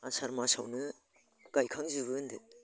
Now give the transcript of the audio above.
आसार मासावनो गायखांजोबो होन्दो